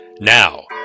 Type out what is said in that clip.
Now